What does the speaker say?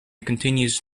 continues